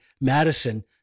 Madison